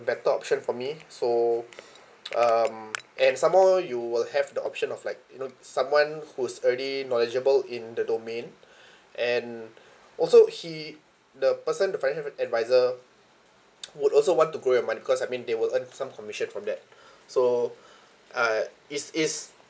better option for me so um and some more you will have the option of like you know someone who's already knowledgeable in the domain and also he the person the financial adviser would also want to grow your money because I mean they will earn some commission from that so uh it's it's